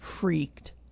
freaked